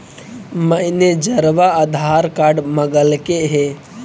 मैनेजरवा आधार कार्ड मगलके हे?